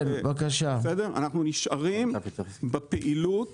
אנחנו נשארים בפעילות